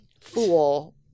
fool